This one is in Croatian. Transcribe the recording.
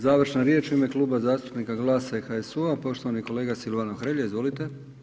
Završna riječ u ime Kluba zastupnika GLAS-a i HSU-a, poštovani kolega Silvano Hrelja, izvolite.